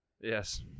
Yes